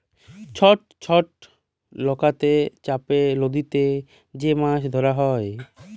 ছট ছট লকাতে চাপে লদীতে যে মাছ ধরা হ্যয়